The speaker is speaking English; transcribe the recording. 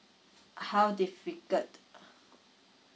how difficult